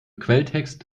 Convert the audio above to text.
quelltext